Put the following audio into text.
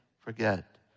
forget